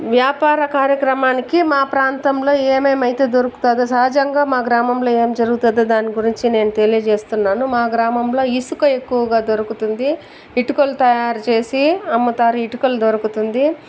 వ్యాపార కార్యక్రమానికి మా ప్రాంతంలో ఏమేమైతే దొరుకుతుందో సహజంగా మా గ్రామంలో ఏం జరుగుతుందో దాని గురించి నేను తెలియజేస్తున్నాను మా గ్రామంలో ఇసుక ఎక్కువగా దొరుకుతుంది ఇటుకలు తయారుచేసి అమ్ముతారు ఇటుకలు దొరుకుతుంది